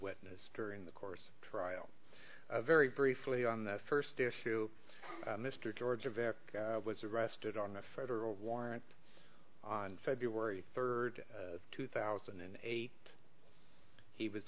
witness during the course trial very briefly on the first issue mr george of africa was arrested on a federal warrant on february third two thousand and eight he was